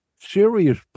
Serious